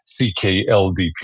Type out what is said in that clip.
CKLDP